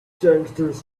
gangsters